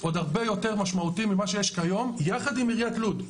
עוד הרבה יותר משמעותי ממה שיש כיום יחד עם עיריית לוד,